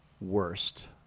worst